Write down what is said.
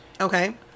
Okay